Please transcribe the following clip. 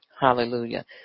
Hallelujah